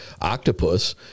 octopus